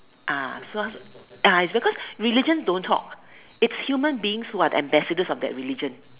ah so ah it's because religion don't talk it's human beings who are the ambassadors of that religion